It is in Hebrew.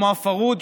כמו הפרהוד,